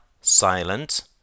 Silent